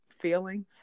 feelings